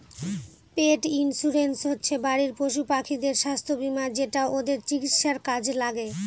পেট insurance হচ্ছে বাড়ির পশুপাখিদের স্বাস্থ্য বীমা যেটা ওদের চিকিৎসার কাজে লাগে